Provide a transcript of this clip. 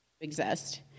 exist